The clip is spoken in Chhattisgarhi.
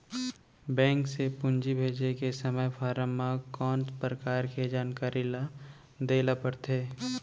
बैंक से पूंजी भेजे के समय फॉर्म म कौन परकार के जानकारी ल दे ला पड़थे?